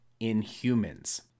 inhumans